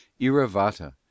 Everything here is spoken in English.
Iravata